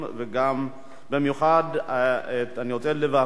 ובמיוחד אני רוצה לברך,